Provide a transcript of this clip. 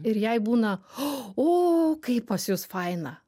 ir jai būna o kaip pas jus faina